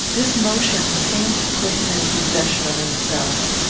this motion seemed to put him in possession of himself.